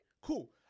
Cool